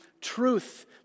truth